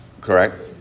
Correct